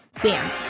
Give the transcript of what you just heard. Bam